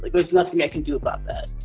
like there's nothing i can do about that.